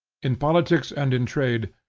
in politics and in trade,